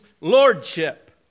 lordship